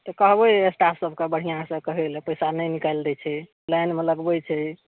तऽ कहबय स्टाफ सबके बढ़िआँसँ कहय लए पैसा नहि निकालि दै छै लाइनमे लगबय छै